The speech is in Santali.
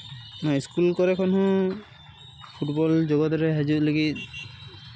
ᱤᱥᱠᱩᱞ ᱠᱚᱨᱮ ᱠᱷᱚᱱ ᱦᱚᱸ ᱯᱷᱩᱴᱵᱚᱞ ᱡᱚᱜᱚᱛ ᱨᱮ ᱦᱤᱡᱩᱜ ᱞᱟᱹᱜᱤᱫ